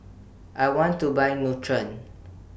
I want to Buy Nutren